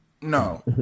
no